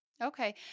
Okay